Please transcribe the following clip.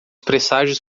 presságios